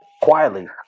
Quietly